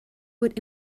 would